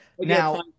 now